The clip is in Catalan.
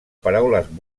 paraules